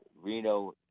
Reno